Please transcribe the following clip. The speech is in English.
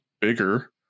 bigger